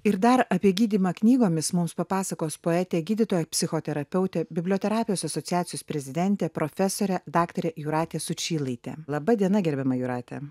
ir dar apie gydymą knygomis mums papasakos poetė gydytoja psichoterapeutė biblioterapijos asociacijos prezidentė profesorė daktarė jūratė sučylaitė laba diena gerbiama jūrate